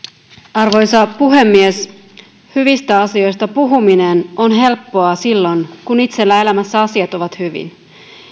arvoisa puhemies hyvistä asioista puhuminen on helppoa silloin kun itsellä elämässä asiat ovat hyvin